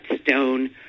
stone